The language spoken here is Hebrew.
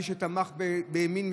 מי שתמך בימין,